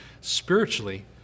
spiritually